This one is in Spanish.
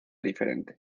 diferente